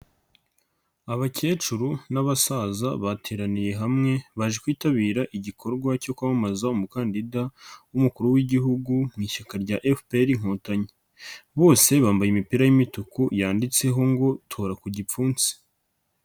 Abakecuru n'abasaza bateraniye hamwe baje kwitabira igikorwa cyo kwamamaza umukandida w'umukuru w'Igihugu mu ishyaka rya FPR Inkotanyi, bose bambaye imipira y'imituku yanditseho ngo tora ku gipfunsi.